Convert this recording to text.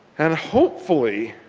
and hopefully,